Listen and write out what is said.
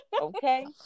okay